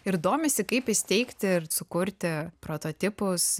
ir domisi kaip įsteigti ir sukurti prototipus